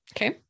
Okay